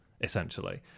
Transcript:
essentially